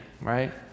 right